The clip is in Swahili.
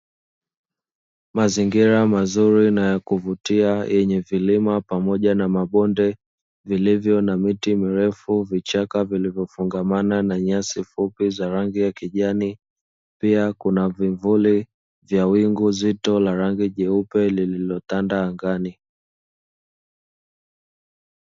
Mazingira mazuri na yakuvutia yenye vilima pamoja na mabonde vilivyo na miti mirefu, vichaka vilivyo fungamana na nyasi fupi za rangi ya kijani. Pia kuna vimvuli vya wingu zito la rangi jeupe lililotanda angani.